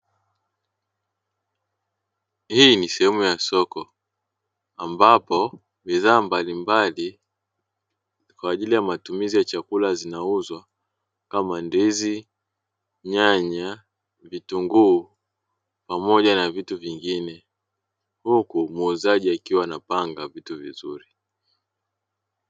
Hii ni sehemu ya soko ambapo bidhaa mbalimbali kwa ajili ya matumizi ya chakula zinauzwa kama ndizi, nyanya, vitunguu pamoja na vitu vingine huku muuzaji akiwa anapanga vitu vizuri.